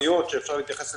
הערה שנוגעת לישיבת הממשלה